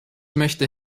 möchte